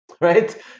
right